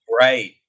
Right